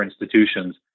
institutions